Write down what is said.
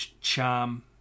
charm